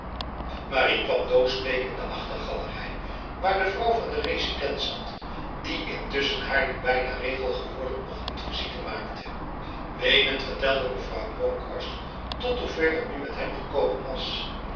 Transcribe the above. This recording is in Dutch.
marie kwam doodsbleek in de achtergalerij waar de vrouw van de resident zat die intussen haar nu bijna regel geworden ochtendvisite maakte wenend vertelde mevrouw bronkhorst tot hoever het nu met hem gekomen was